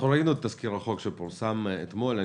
אנחנו ראינו את תזכיר החוק שפורסם אתמול.